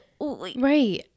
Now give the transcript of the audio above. Right